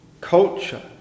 culture